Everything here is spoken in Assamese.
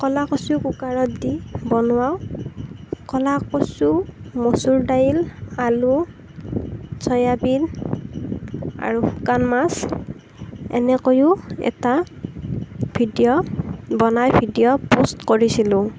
ক'লা কচু কুকাৰত দি বনোৱাও ক'লা কচু মচুৰ দাইল আলু চয়াবিন আৰু শুকান মাছ এনেকৈয়ো এটা ভিডিঅ' বনাই ভিডিঅ' পষ্ট কৰিছিলো